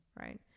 right